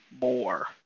more